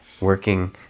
working